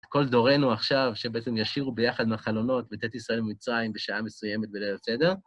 כל דורנו עכשיו שבעצם ישירו ביחד מהחלונות בצאת ישראל ממצרים בשעה מסוימת בליל הסדר.